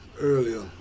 earlier